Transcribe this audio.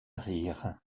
rire